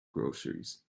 groceries